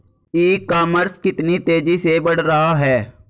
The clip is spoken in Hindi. ई कॉमर्स कितनी तेजी से बढ़ रहा है?